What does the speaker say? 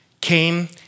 came